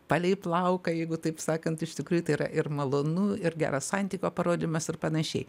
palei plauką jeigu taip sakant iš tikrųjų tai yra ir malonu ir geras santykio parodymas ir panašiai